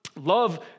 love